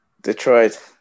Detroit